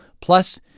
Plus